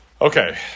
okay